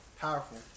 Powerful